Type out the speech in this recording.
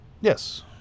Yes